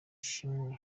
shima